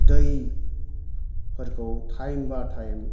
दैफोरखौ टाइमबा टाइम